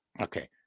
Okay